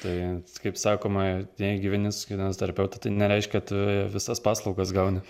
tai kaip sakoma jei gyveni su kineziterapeutu tai nereiškia kad visas paslaugas gauni